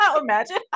Imagine